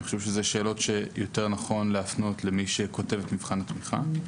אני חושב שזה שאלות שיותר נכון להפנות למי שכותב את מבחן התמיכה.